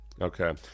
Okay